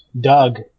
Doug